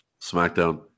Smackdown